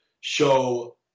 show